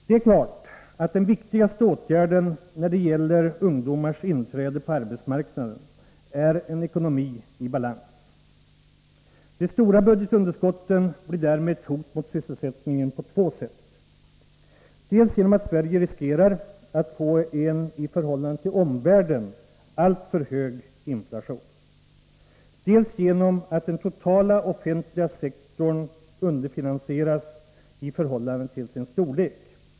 Det är klart att den viktigaste åtgärden när det gäller ungdomars inträde på arbetsmarknaden är att få ekonomin i balans. De stora budgetunderskotten blir därmed ett hot mot sysselsättningen på två sätt: dels genom att Sverige riskerar att få en i förhållande till omvärlden alltför hög inflation, dels genom att den totala offentliga sektorn underfinansieras i förhållande till sin storlek.